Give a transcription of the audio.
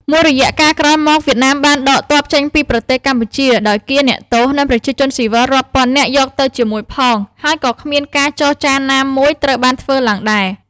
មួយរយៈកាលក្រោយមក វៀតណាមបានដកទ័ពចេញពីប្រទេសកម្ពុជា ដោយកៀរអ្នកទោស និងប្រជាជនស៊ីវិលរាប់ពាន់នាក់យកទៅជាមួយផង ហើយក៏គ្មានការចរចាណាមួយត្រូវបានធ្វើឡើងដែរ។